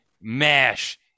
Mash